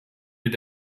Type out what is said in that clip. mit